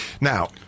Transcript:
Now